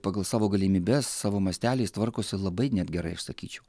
pagal savo galimybes savo masteliais tvarkosi labai net gerai aš sakyčiau